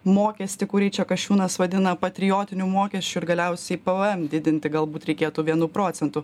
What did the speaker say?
mokestį kurį čia kasčiūnas vadina patriotiniu mokesčiu ir galiausiai pvm didinti galbūt reikėtų vienu procentu